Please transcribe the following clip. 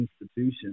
institutions